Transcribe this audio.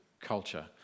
culture